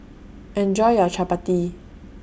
Enjoy your Chapati